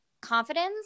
confidence